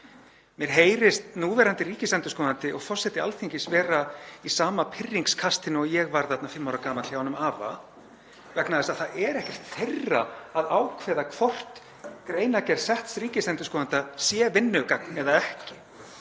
Mér heyrist núverandi ríkisendurskoðandi og forseti Alþingis vera í sama pirringskastinu og ég var þarna fimm ára gamall hjá honum afa vegna þess að það er ekkert þeirra að ákveða hvort greinargerð setts ríkisendurskoðanda sé vinnugagn eða ekki.